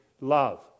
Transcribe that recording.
love